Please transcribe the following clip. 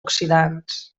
oxidants